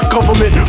Government